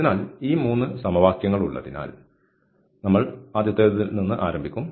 അതിനാൽ ഈ 3 സമവാക്യങ്ങൾ ഉള്ളതിനാൽ നമ്മൾ ആദ്യത്തേതിൽ നിന്ന് ആരംഭിക്കും